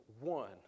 One